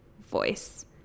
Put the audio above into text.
voice